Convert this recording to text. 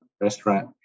restaurant